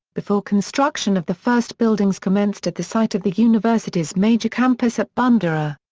before construction of the first buildings commenced at the site of the university's major campus at bundoora.